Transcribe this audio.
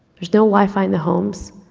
there's no wifi in the homes,